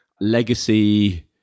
legacy